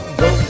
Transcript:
go